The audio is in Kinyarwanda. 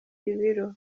ibiro